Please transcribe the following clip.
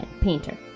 painter